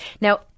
Now